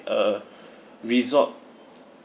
a resort